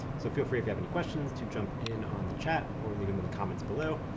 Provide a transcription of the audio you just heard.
so feel free if you have any questions to jump in on the chat or leave them in the comments below.